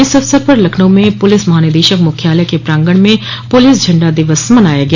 इस अवसर पर लखनऊ में पुलिस महानिदेशक मुख्यालय के प्रांगण में पुलिस झंडा दिवस मनाया गया